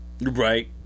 Right